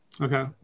Okay